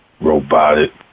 Robotic